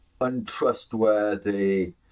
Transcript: untrustworthy